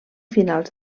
finals